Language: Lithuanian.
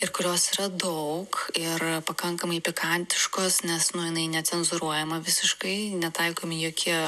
ir kurios yra daug ir pakankamai pikantiškos nes nu jinai necenzūruojama visiškai netaikomi jokie